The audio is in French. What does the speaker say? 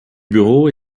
bureau